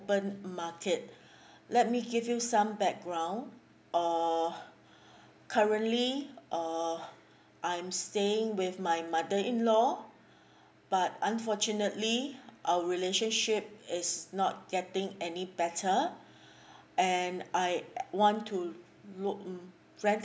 open market let me give you some background uh currently uh I'm staying with my mother in law but unfortunately our relationship is not getting any better and I want to